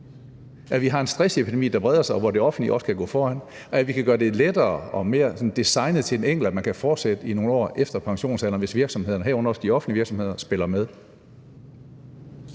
at vi har en stressepidemi, der breder sig, og hvor det offentlige også kan gå foran; og at vi kan gøre det lettere og sådan mere designet til den enkelte, at man kan fortsætte i nogle år efter pensionsalderen, hvis virksomhederne, herunder også de offentlige virksomheder, spiller med.